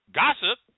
gossip